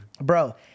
bro